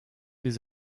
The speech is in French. des